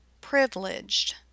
privileged